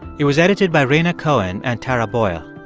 it was edited by rhaina cohen and tara boyle.